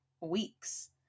weeks